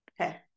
Okay